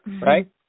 Right